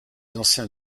anciens